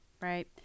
Right